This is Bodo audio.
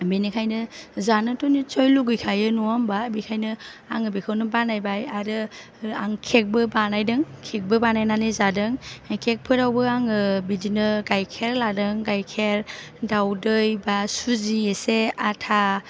बिनिखायनो जानोथ' निसय लुगैखायो नङा होमबा बेखायनो आङो बेखौनो बानायबाय आरो आं केकबो बानायदों केकबो बानायनानै जादों बे केकफोरावबो आङो बिदिनो गाइखेर लादों गाइखेर दावदै बा सुजि एसे आथा